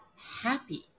happy